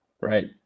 right